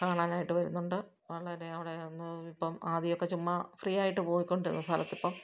കാണാനായിട്ടു വരുന്നുണ്ട് വളരെ അവിടെ ഒന്ന് ഇപ്പം ആദ്യമൊക്കെ ചുമ്മാ ഫ്രീ ആയിട്ടു പോയി കൊണ്ടിരുന്ന സ്ഥലത്തിപ്പം